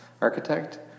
architect